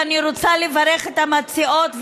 ואני רוצה לברך את המציעות,